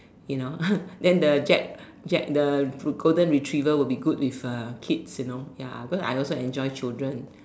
you know then the jack jack the golden-retriever will be good with kids you know ya because I also enjoy children